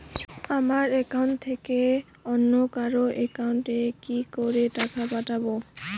আমার একাউন্ট থেকে অন্য কারো একাউন্ট এ কি করে টাকা পাঠাবো?